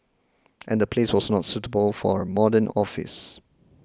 and the place was not suitable for a modern office